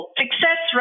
success